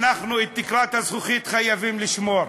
אנחנו את תקרת הזכוכית חייבים לשבור.